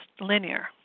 linear